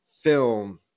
film